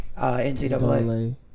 NCAA